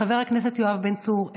חבר הכנסת יואב בן צור,